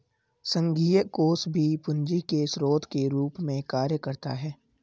संघीय कोष भी पूंजी के स्रोत के रूप में कार्य करता है